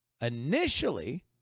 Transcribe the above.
initially